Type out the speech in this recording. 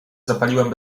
zapaliłem